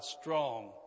strong